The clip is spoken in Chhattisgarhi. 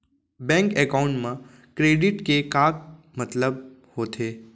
बैंक एकाउंट मा क्रेडिट के का मतलब होथे?